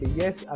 yes